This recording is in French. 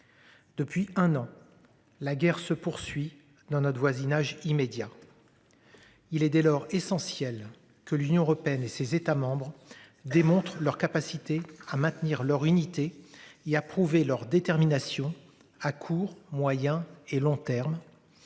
Depuis un an. La guerre se poursuit dans notre voisinage immédiat. Il est dès lors essentiel que l'Union européenne et ses États membres démontrent leur capacité à maintenir leur unité. Il a prouvé leur détermination à court, moyen et long terme.